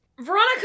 Veronica